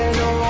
no